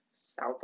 South